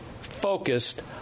focused